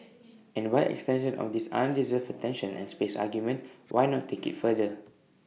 and by extension of this undeserved attention and space argument why not take IT further